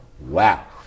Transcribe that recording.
wow